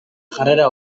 jarrera